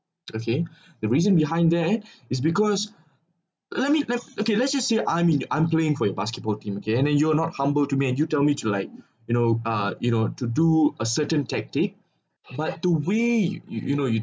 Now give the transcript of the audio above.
okay the reason behind that it is because let me le~ okay lets sa~ say I'm in I'm playing for your basketball team okay and then you're not humbled to me and you tell me to like you know ah you know to do a certain tactic but to way you you know you